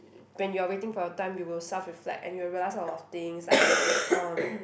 when you are waiting for your time you will self reflect and you will realise a lot of things like um